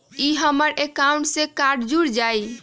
ई हमर अकाउंट से कार्ड जुर जाई?